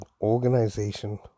organization